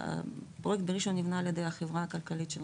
הפרויקט בראשון נבנה על ידי החברה הכלכלית.